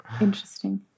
Interesting